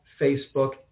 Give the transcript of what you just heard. Facebook